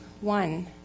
one